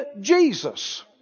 Jesus